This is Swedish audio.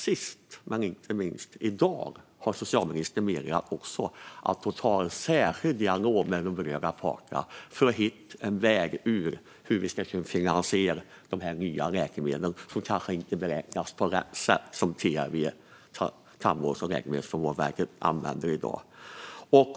Sist men inte minst har socialministern i dag meddelat att hon har en särskild dialog med de berörda parterna för att hitta en väg för hur vi ska kunna finansiera de här nya läkemedlen, som i dag kanske inte beräknas på rätt sätt av TLV, Tandvårds och läkemedelsförmånsverket.